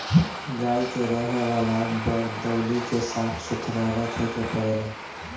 गाई के रहे वाला वरदौली के साफ़ सुथरा रखे के पड़ेला